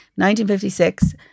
1956